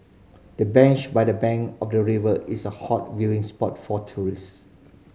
the bench by the bank of the river is a hot viewing spot for tourists